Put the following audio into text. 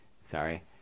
Sorry